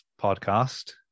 podcast